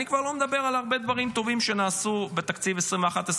אני כבר לא מדבר על הרבה דברים טובים שנעשו בתקציב 2022-2021,